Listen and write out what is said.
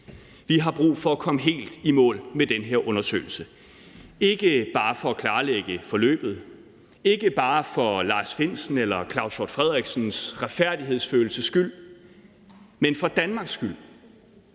Vi har brug for at komme helt i mål med den her undersøgelse, ikke bare for at klarlægge forløbet, ikke bare for Lars Findsens eller Claus Hjort Frederiksens retfærdighedsfølelses skyld, men for Danmarks skyld